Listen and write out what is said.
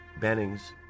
Bennings